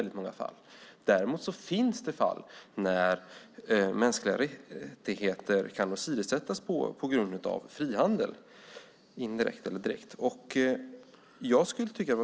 Däremot finns det fall när mänskliga rättigheter, indirekt eller direkt, kan åsidosättas på grund av frihandel.